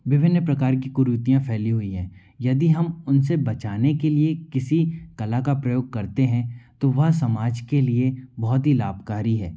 विभिन्न प्रकार की कुरीतियाँ फैली हुई है यदि हम उनसे बचाने के लिए किसी कला का प्रयोग करते हैं तो वह समाज के लिए बहुत ही लाभकारी है